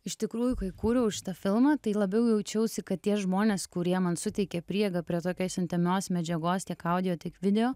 iš tikrųjų kai kūriau šitą filmą tai labiau jaučiausi kad tie žmonės kurie man suteikė prieigą prie tokios intymios medžiagos tiek audio tiek video